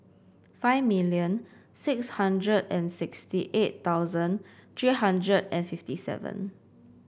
five million six hundred and sixty eight thousand three hundred and fifty seven